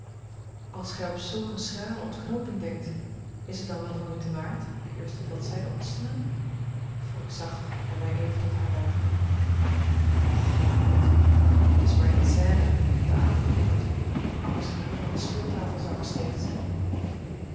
als gij op zulk eene schrale ontknooping denkt is het dan wel de moeite waard de eerste bladzijde op te slaan vroeg ik zacht en mij even tot haar buigende och waarom niet t is maar eene scène om den avond te korten die anders geheel aan de speeltafel zou gesleten zijn